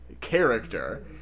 character